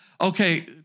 Okay